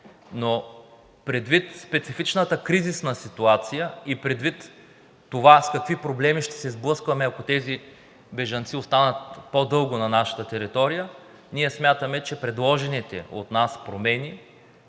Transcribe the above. но предвид специфичната кризисна ситуация и предвид това с какви проблеми ще се сблъскваме, ако тези бежанци останат по-дълго на нашата територия, ние смятаме, че предложените от нас промени